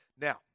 Now